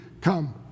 come